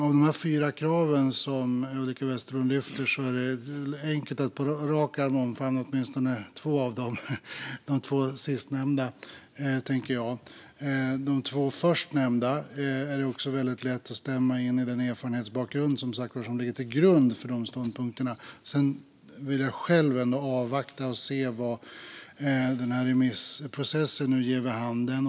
Av de fyra krav som Ulrika Westerlund lyfter är det enkelt att på rak arm omfamna åtminstone de två sistnämnda. De två förstnämnda är det också lätt att stämma in i mot bakgrund av den erfarenhet som ligger till grund för dessa ståndpunkter. Själv vill jag ändå avvakta och se vad den här remissprocessen nu ger vid handen.